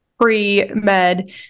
pre-med